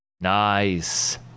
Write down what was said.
Nice